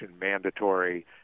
mandatory